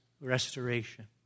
restoration